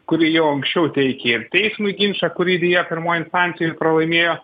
kuri jau anksčiau teikė ir teismui ginčą kurį deja pirmoj instancijoj pralaimėjo